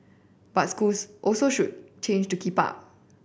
but schools also should change to keep up